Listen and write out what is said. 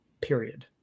period